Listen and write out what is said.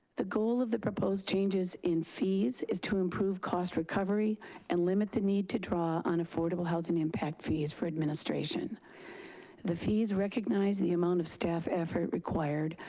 the goal of the proposed changes in fees is to improve cost recovery and limit the need to draw on affordable housing impact fees for administration the fees recognize the amount of staff effort required,